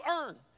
earn